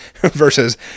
versus